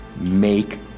Make